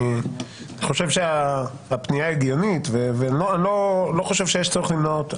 אני חושב שהפנייה היא הגיונית ואני לא חושב שיש צורך למנוע אותה.